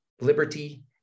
liberty